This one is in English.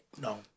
No